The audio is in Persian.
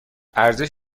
ارزش